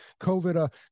COVID